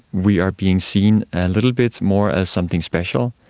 we are being seen a little bit more as something special,